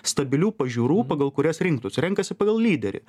stabilių pažiūrų pagal kurias rinktųsi renkasi pagal lyderį